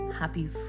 happy